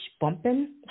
bumping